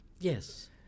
Yes